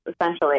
essentially